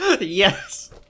Yes